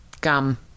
gum